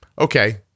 okay